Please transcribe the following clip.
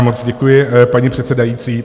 Moc děkuji, paní předsedající.